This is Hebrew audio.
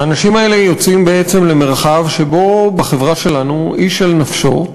האנשים האלה יוצאים למרחב שבו בחברה שלנו איש אל נפשו.